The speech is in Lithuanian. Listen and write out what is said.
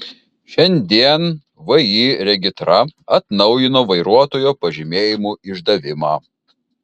šiandien vį regitra atnaujino vairuotojo pažymėjimų išdavimą